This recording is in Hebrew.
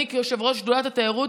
אני כיושבת-ראש שדולת התיירות,